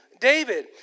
David